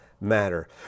matter